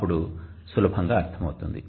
అప్పుడు సులభంగా అర్థమవుతుంది